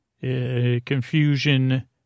Confusion